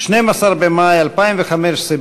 12 במאי 2015,